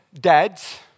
dads